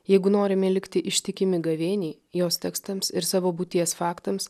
jeigu norime likti ištikimi gavėniai jos tekstams ir savo būties faktams